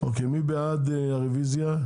מי בעד הרביזיה?